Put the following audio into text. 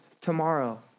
tomorrow